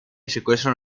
secuestran